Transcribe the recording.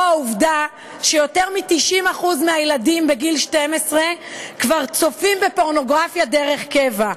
או העובדה שיותר מ-9% מהילדים בגיל 12 כבר צופים בפורנוגרפיה דרך קבע,